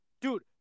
Dude